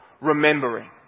remembering